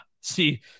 see